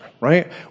right